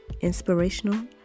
Inspirational